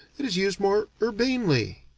it is used more urbanely.